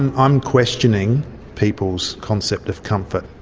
and i'm questioning people's concept of comfort.